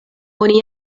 oni